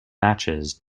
matches